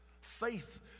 Faith